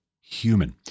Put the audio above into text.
human